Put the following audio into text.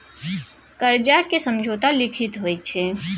करजाक समझौता लिखित होइ छै